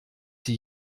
sie